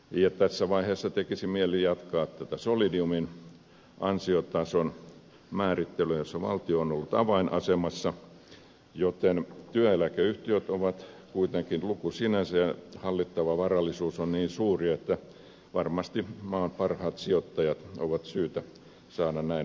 ja tässä vaiheessa tekisi mieli jatkaa solidiumin ansiotason määrittelyä jossa valtio on ollut avainasemassa joten työeläkeyhtiöt ovat kuitenkin luku sinänsä ja hallittava varallisuus on niin suuri että varmasti on syytä saada maan parhaat sijoittajat näiden palvelukseen